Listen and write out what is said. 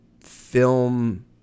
film